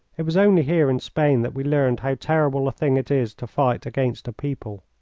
it was only here in spain that we learned how terrible a thing it is to fight against a people.